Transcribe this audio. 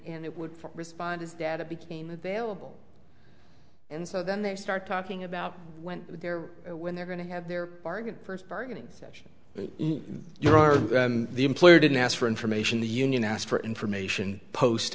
and it would respond is that it became available and so then they start talking about when they're when they're going to have their bargain first bargaining session you are the employer didn't ask for information the union asked for information post